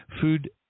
food